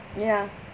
ya